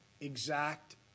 exact